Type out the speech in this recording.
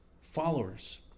followers